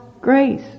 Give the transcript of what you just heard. grace